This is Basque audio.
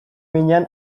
behinean